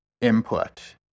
input